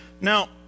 Now